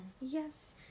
Yes